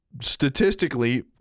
statistically